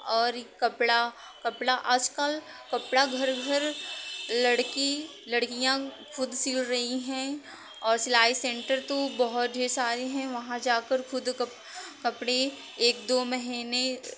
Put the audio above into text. और कपड़ा कपड़ा आजकल कपड़ा घर घर लड़की लड़कियाँ खुद सिल रही हैं और सिलाई सेंटर तो बहुत ढेर सारे हैं वहाँ जाकर खुद कप कपड़े एक दो महीने